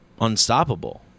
unstoppable